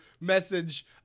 message